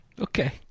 Okay